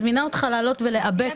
אבל אני מזמינה אותך לעלות ולאבק,